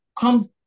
comes